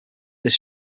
this